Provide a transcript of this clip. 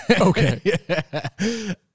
Okay